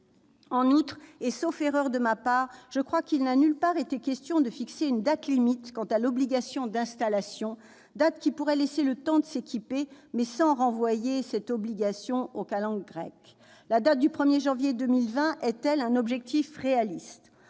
En outre, et sauf erreur de ma part, je crois qu'il n'a nulle part été question de fixer une date limite quant à l'obligation d'installation, ce qui pourrait laisser le temps à chacune et chacun de s'équiper, mais sans que cela aboutisse à renvoyer cette obligation aux calendes grecques. La date du 1 janvier 2020 est-elle un objectif réaliste ?